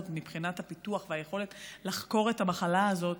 מבחינת הפיתוח והיכולת לחקור את המחלה הזאת